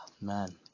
Man